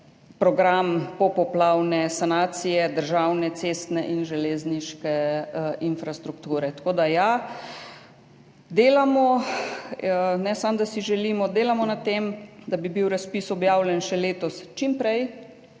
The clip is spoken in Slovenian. program popoplavne sanacije državne cestne in železniške infrastrukture. Tako da ja, delamo, ne samo, da si želimo, delamo na tem, da bi bil razpis objavljen še letos čim prej